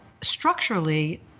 structurally